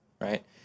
right